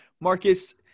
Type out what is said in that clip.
Marcus